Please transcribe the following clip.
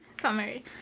Summary